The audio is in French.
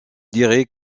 dirait